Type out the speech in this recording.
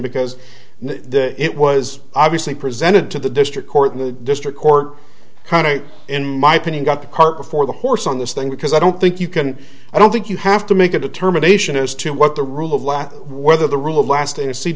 because it was obviously presented to the district court in the district court in my opinion got the cart before the horse on this thing because i don't think you can i don't think you have to make a determination as to what the rule of law whether the rule of last